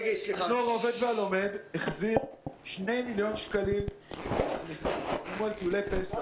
הנוער העובד והלומד החזיר 2 מיליון שקלים על ביטול טיולי פסח.